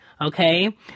Okay